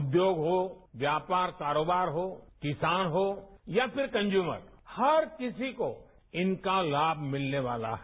उद्योग हो व्यापार कारोबार हो किसान हो या फिर कन्ज्यूमर हर किसी को इनका लाम मिलने वाला है